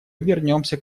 вернемся